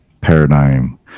paradigm